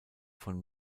von